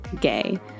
Gay